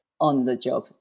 on-the-job